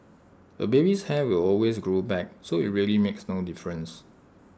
A baby's hair will always grow back so IT really makes no difference